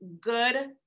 good